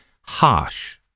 harsh